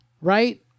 right